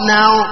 now